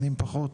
שנים פחות?